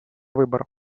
выбор